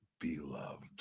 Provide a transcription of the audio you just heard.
beloved